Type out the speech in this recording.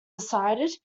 decided